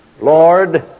Lord